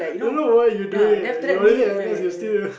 don't know why you do it eh you already at N_S you still